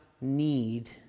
need